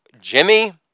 Jimmy